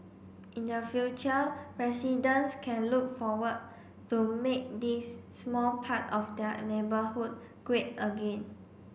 in the future residents can look forward to make this small part of their neighbourhood great again